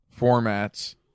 formats